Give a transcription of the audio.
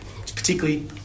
particularly